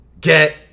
get